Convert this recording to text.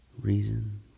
reason